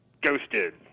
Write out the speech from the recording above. ghosted